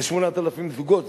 זה 8,000 זוגות,